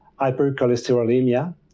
hypercholesterolemia